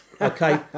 Okay